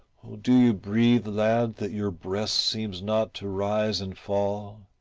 oh do you breathe, lad, that your breast seems not to rise and fall,